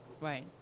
Right